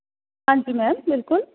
ਹਾਂਜੀ ਮੈਮ ਬਿਲਕੁਲ